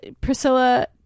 Priscilla